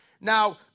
Now